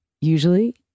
Usually